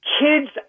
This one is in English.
kids –